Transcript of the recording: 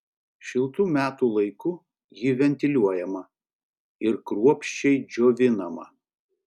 šiltu metų laiku ji ventiliuojama ir kruopščiai džiovinama